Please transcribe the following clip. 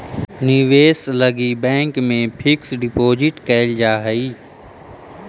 निवेश लगी बैंक में फिक्स डिपाजिट कैल जा हई